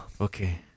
Okay